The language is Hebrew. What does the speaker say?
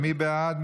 מי בעד?